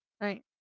Right